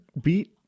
beat